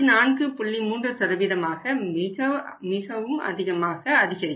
3 ஆக மிகவும் அதிகமாக அதிகரிக்கும்